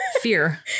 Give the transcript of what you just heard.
Fear